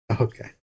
Okay